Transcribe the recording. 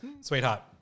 Sweetheart